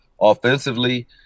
Offensively